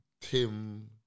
Tim